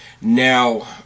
Now